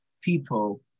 people